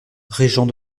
régent